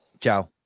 Ciao